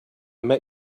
met